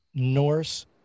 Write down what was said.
norse